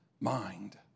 mind